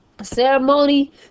ceremony